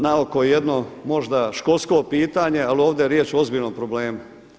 Naoko jedno možda školsko pitanje, ali ovdje je riječ o ozbiljnom problemu.